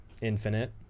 Infinite